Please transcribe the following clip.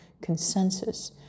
consensus